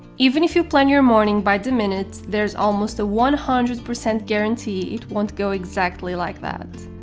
even if you plan your morning by the minute, there's almost a one hundred percent guarantee it won't go exactly like that.